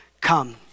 come